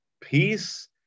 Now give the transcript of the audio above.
peace